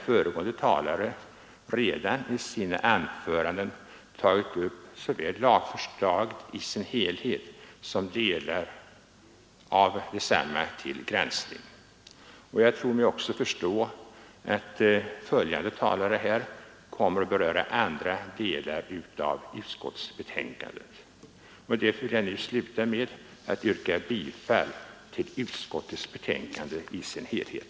Föregående talare har redan i sina anföranden tagit upp såväl lagförslaget i dess helhet som delar av detsamma till granskning. Jag utgår också från att följande talare kommer att beröra andra delar av betänkandet. Jag vill sluta med att yrka bifall till utskottets hemställan i dess helhet.